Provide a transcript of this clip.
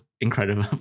incredible